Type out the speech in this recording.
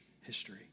history